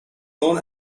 known